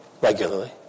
regularly